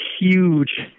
huge